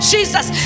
Jesus